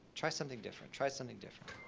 try something different, try something different.